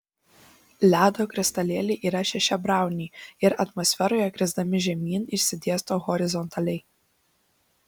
ledo kristalėliai yra šešiabriauniai ir atmosferoje krisdami žemyn išsidėsto horizontaliai